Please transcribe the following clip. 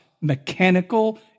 mechanical